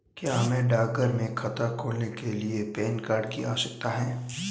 क्या हमें डाकघर में खाता खोलने के लिए पैन कार्ड की आवश्यकता है?